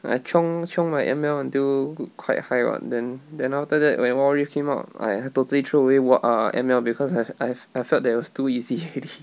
I chiong chiong my M_L until quite high [what] then then after that when wild rift came out I had totally throw away what err M_L because I've I've I felt that it was too easy already